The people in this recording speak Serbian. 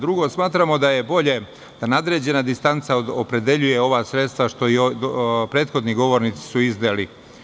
Drugo, smatramo da je bolje da nadređena distanca opredeljuje ova sredstva što su prethodni govornici izneli.